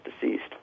deceased